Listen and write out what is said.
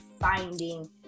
finding